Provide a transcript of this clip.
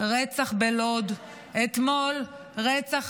היה רצח בלוד, אתמול רצח,